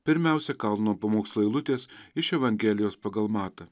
pirmiausia kalno pamokslo eilutės iš evangelijos pagal matą